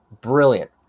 brilliant